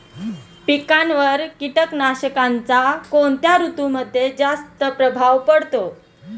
पिकांवर कीटकनाशकांचा कोणत्या ऋतूमध्ये जास्त प्रभाव पडतो?